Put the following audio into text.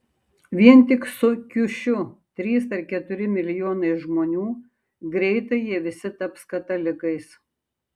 vien tik su kiušiu trys ar keturi milijonai žmonių greitai jie visi taps katalikais